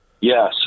Yes